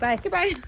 Goodbye